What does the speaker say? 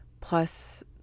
plus